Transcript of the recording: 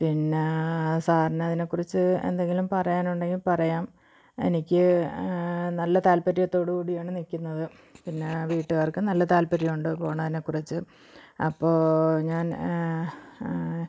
പിന്നെ സാറിനെ അതിനെ കുറിച്ച് എന്തെങ്കിലും പറയാനുണ്ടെങ്കിൽ പറയാം എനിക്ക് നല്ല താൽപ്പര്യത്തോട് കൂടിയാണ് നിൽക്കുന്നത് പിന്നെ വീട്ടുകാർക്കും നല്ല താൽപ്പര്യമുണ്ട് പോകുന്നതിനെ കുറിച്ച് അപ്പോൾ ഞാൻ